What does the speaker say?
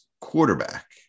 quarterback